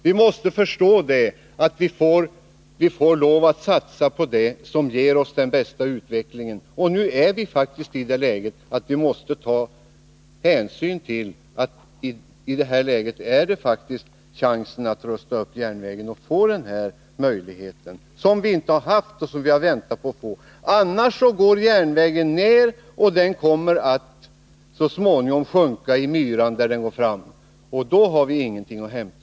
Det gäller att förstå att vi måste satsa på det som ger den bästa utvecklingen. I dag är faktiskt läget det att vi har chansen att rusta upp järnvägen. Det är en möjlighet som vi inte har haft tidigare men som vi har väntat på. Om vi inte rustar upp den kommer den så småningom att sjunka ned i de myrar där den går fram, och då har vi ingenting att hämta.